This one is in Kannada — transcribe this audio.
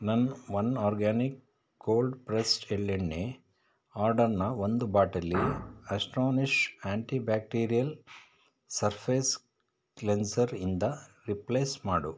ನನ್ನ ಒನ್ ಆರ್ಗ್ಯಾನಿಕ್ ಕೋಲ್ಡ್ ಪ್ರೆಸ್ಡ್ ಎಳ್ಳೆಣ್ಣೆ ಆರ್ಡರ್ನ ಒಂದು ಬಾಟಲಿ Astonish anti bacterial surface cleanser ಇಂದ ರಿಪ್ಲೇಸ್ ಮಾಡು